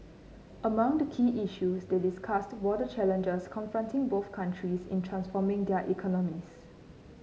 among the key issues they discussed were the challenges confronting both countries in transforming their economies